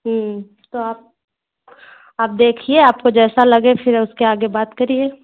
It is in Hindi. तो आप आप देखिए आपको जैसा लगे फिर उसके आगे बात करिए